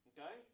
Okay